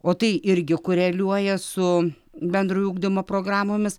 o tai irgi koreliuoja su bendrojo ugdymo programomis